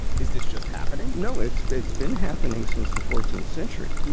is this just happening? no, it's it's been happening since the fourteenth century.